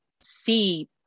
see